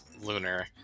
lunar